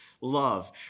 love